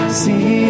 see